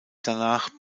danach